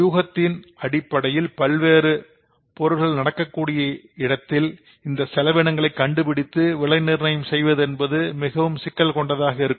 ஊனத்தின் உடைய பல்வேறு பொருள்கள் நடக்கும் இருக்கக்கூடிய இந்த செலவினங்களை கண்டுபிடித்து விலை நிர்ணயம் செய்வது என்பது மிகவும் சிக்கல் கொண்டதாக இருக்கும்